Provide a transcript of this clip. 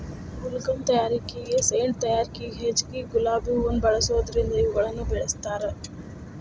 ಗುಲ್ಕನ್ ತಯಾರಿಕೆ ಸೇಂಟ್ ತಯಾರಿಕೆಗ ಹೆಚ್ಚಗಿ ಗುಲಾಬಿ ಹೂವುನ ಬಳಸೋದರಿಂದ ಇವುಗಳನ್ನ ಬೆಳಸ್ತಾರ